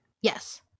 Yes